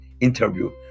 interview